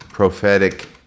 prophetic